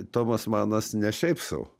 tomas manas ne šiaip sau